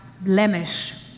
blemish